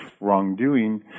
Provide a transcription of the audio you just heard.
wrongdoing